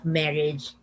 marriage